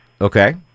Okay